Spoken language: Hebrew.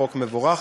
חוק מבורך.